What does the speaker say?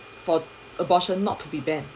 for abortion not to be banned